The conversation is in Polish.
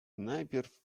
najpierw